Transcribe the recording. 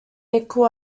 nickel